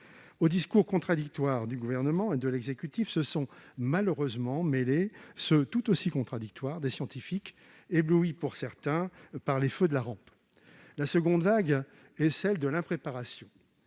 Aux discours contradictoires de l'exécutif, se sont malheureusement ajoutés ceux, tout aussi contradictoires, des scientifiques, éblouis pour certains par les feux de la rampe. La seconde vague est celle de l'impréparation.